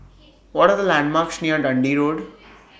What Are The landmarks near Dundee Road